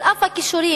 על אף הכישורים